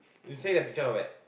you say the picture not bad